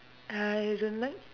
I don't like